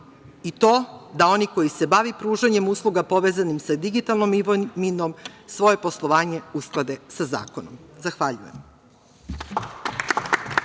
i to da oni koji se bave pružanjem usluga povezanim sa digitalnom imovinom svoje poslovanje usklade sa zakonom. Zahvaljujem.